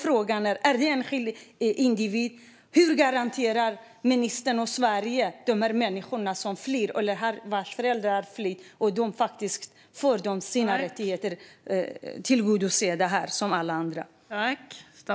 Frågan är: Hur garanterar ministern och Sverige att dessa människor, vilkas föräldrar har flytt, får sina rättigheter tillgodosedda här som alla andra?